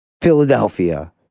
Philadelphia